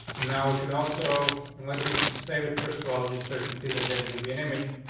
now, we ah can also and let me and just say that first of all, just so you can see that there's gonna be an image.